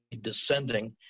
descending